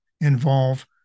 involve